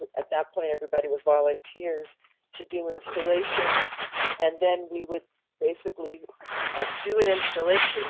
at that point everybody was volunteers to do installations and then we would basically do an installation